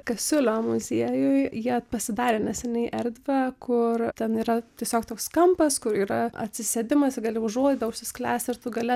kasiulio muziejuj jie pasidarė neseniai erdvę kur ten yra tiesiog toks kampas kur yra atsisėdimas gali užuolaida užsisklęsti ir tu gali